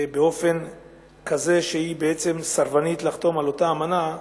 הצגתה באופן כזה שהיא בעצם סרבנית לחתימה על אותה אמנה,